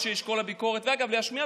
אבל אנחנו הצענו,